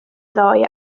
ddoe